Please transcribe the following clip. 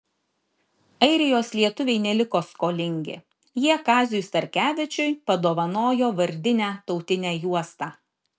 airijos lietuviai neliko skolingi jie kaziui starkevičiui padovanojo vardinę tautinę juostą